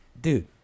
dude